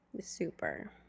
Super